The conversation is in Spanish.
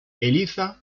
eliza